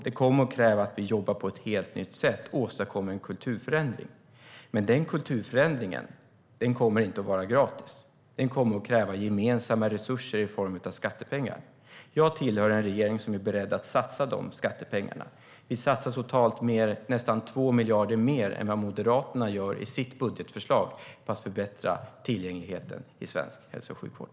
Det kommer att kräva att vi jobbar på ett helt nytt sätt för att åstadkomma en kulturförändring. Den kulturförändringen kommer inte att vara gratis. Den kommer att kräva gemensamma resurser i form av skattepengar. Jag tillhör en regering som är beredd att satsa de skattepengarna. Vi satsar nästan 2 miljarder mer än Moderaterna gör i sitt budgetförslag på att förbättra tillgängligheten i svensk hälso och sjukvård.